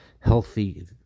Healthy